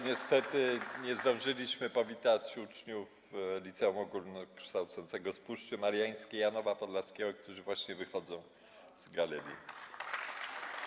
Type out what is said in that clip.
Niestety nie zdążyliśmy powitać uczniów liceum ogólnokształcącego z Puszczy Mariańskiej, Janowa Podlaskiego, którzy właśnie wychodzą z galerii.